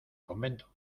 convento